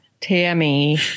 Tammy